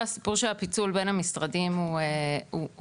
כל הסיפור של הפיצול בין המשרדים הוא מלכתחילה,